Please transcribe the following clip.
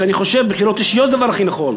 אני חושב שבחירות אישיות זה הדבר הכי נכון,